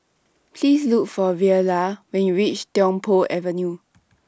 Please Look For Verla when YOU REACH Tiong Poh Avenue